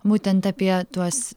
būtent apie tuos